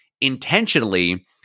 intentionally